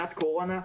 שנת קורונה,